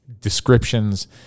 descriptions